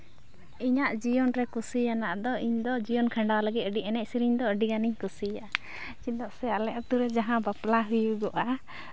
ᱤᱧᱟᱹᱜ ᱡᱤᱭᱚᱱ ᱨᱮ ᱠᱩᱥᱤᱭᱟᱱᱟᱜ ᱫᱚ ᱤᱧᱫᱚ ᱡᱤᱭᱚᱱ ᱠᱷᱟᱱᱰᱟᱣ ᱞᱟᱹᱜᱤᱫ ᱟᱹᱰᱤ ᱮᱱᱮᱡ ᱥᱮᱨᱮᱧ ᱫᱚ ᱟᱹᱰᱤ ᱜᱟᱱᱤᱧ ᱠᱩᱥᱤᱭᱟᱜᱼᱟ ᱪᱮᱫᱟᱜ ᱥᱮ ᱟᱞᱮ ᱟᱛᱳ ᱨᱮ ᱡᱟᱦᱟᱸ ᱵᱟᱯᱞᱟ ᱦᱩᱭᱩᱜᱚᱜᱼᱟ